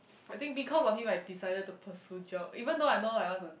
I think because of him I decided to pursue job even though I know I want to